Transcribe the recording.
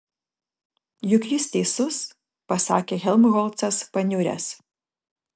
juk jis teisus pasakė helmholcas paniuręs